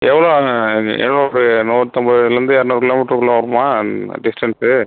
எவ்வளோ ஆகும் என்ன ஒரு நூத்தம்பதுலேருந்து இரநூறு கிலோமீட்டர்குள்ள வருமா டிஸ்டன்ஸு